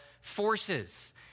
forces